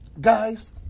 Guys